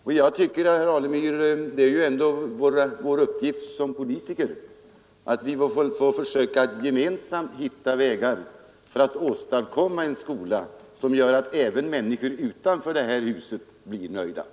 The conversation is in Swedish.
Och det är grundskolan och ju ändå vår uppgift som politiker att försöka att gemensamt finna vägar gymnasieskolan för att åstadkomma en skola som även människor utanför det här huset kan vara nöjda med.